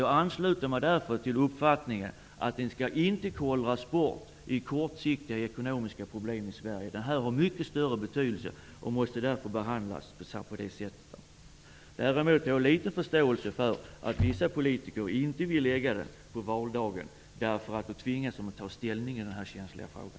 Jag ansluter mig därför till uppfattningen att EG-frågan inte skall kollras bort bland kortsiktiga ekonomiska problem i Sverige. EG-frågan har mycket större betydelse och måste därför behandlas på motsvarande sätt. Däremot har jag litet förståelse för att vissa politiker inte vill lägga folkomröstningen på valdagen, därför att de då tvingas ta ställning i den här känsliga frågan.